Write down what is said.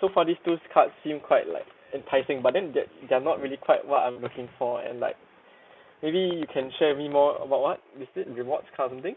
so far these two cards seem quite like enticing but then they're they're not really quite what I'm looking for and like maybe you can share with me more about what you said rewards card or something